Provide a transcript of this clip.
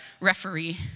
referee